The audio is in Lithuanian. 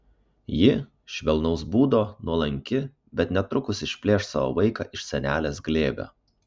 ji švelnaus būdo nuolanki bet netrukus išplėš savo vaiką iš senelės glėbio